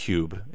Cube